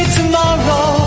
tomorrow